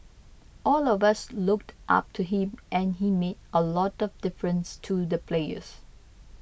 all of us looked up to him and he made a lot of difference to the players